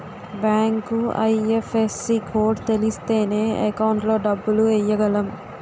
bank IFSC code తెలిస్తేనే account లో డబ్బులు ఎయ్యగలం